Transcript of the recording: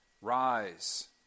Rise